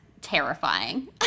terrifying